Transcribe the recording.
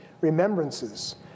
remembrances